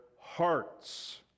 hearts